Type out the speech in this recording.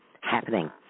happening